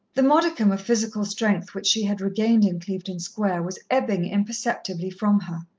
the modicum of physical strength which she had regained in clevedon square was ebbing imperceptibly from her.